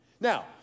Now